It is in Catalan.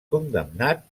condemnat